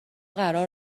قرار